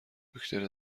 دکتره